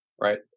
right